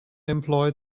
employed